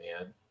man